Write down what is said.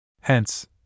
Hence